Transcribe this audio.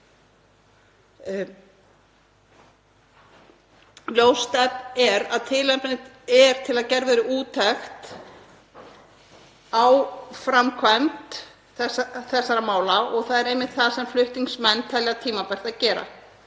Ljóst er að tilefni er til að gerð verði úttekt á framkvæmd þessara mála og það er einmitt það sem flutningsmenn telja tímabært að gera,